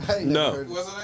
No